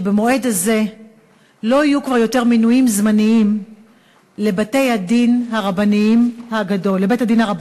שבו לא יהיו יותר מינויים זמניים בבית-הדין הרבני הגדול.